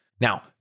Now